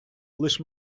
лиш